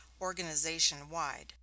organization-wide